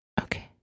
okay